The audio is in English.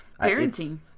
parenting